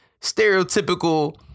stereotypical